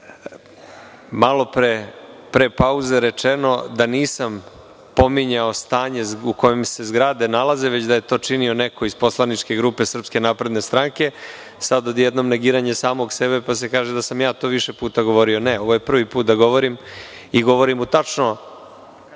pre pauze rečeno je da nisam pominjao stanje u kojem se zgrade nalaze, već da je to činio neko iz poslaničke grupe SNS, a sada odjednom negiranje samog sebe, pa se kaže da sam ja to više puta govorio. Ne, ovo je prvi put da govorim i govorim u tačno